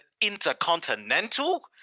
intercontinental